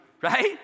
right